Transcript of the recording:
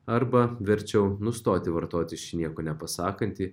arba verčiau nustoti vartoti šį nieko nepasakantį